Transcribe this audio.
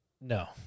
No